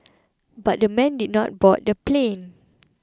but the men did not board the plane